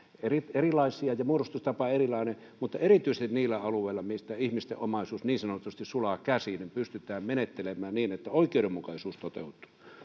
erilaisia ja muodostustapa erilainen mutta erityisesti niillä alueilla missä ihmisten omaisuus niin sanotusti sulaa käsiin pystytään menettelemään niin että oikeudenmukaisuus toteutuu